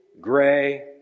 gray